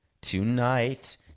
tonight